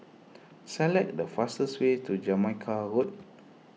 select the fastest way to Jamaica Road